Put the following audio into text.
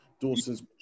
Dawson's